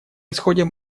исходим